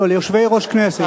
לא, ליושבי-ראש הכנסת.